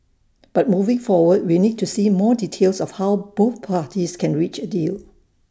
but moving forward we need to see more details of how both parties can reach A deal